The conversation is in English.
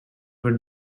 were